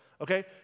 Okay